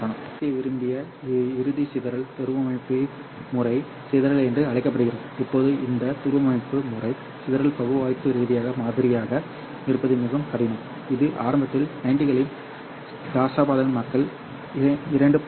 நாம் பேச விரும்பிய இறுதி சிதறல் துருவமுனைப்பு முறை சிதறல் என்று அழைக்கப்படுகிறது இப்போது இந்த துருவமுனைப்பு முறை சிதறல் பகுப்பாய்வு ரீதியாக மாதிரியாக இருப்பது மிகவும் கடினம் இது ஆரம்பத்தில் 90 களின் தசாப்தங்களில் மக்கள் 2